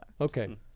Okay